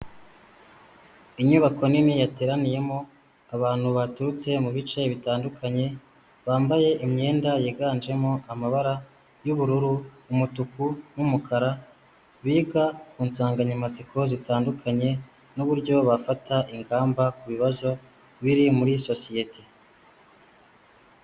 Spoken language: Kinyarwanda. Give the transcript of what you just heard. Inyubako nini yateraniyemo abantu baturutse mu bice bitandukanye, bambaye imyenda yiganjemo amabara y'ubururu, umutuku, n'umukara biga ku nsanganyamatsiko zitandukanye n'uburyo bafata ingamba ku bibazo biri muri sosiyete.